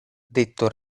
detto